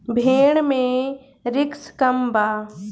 भेड़ मे रिस्क कम बा